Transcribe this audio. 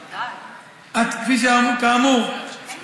כאמור,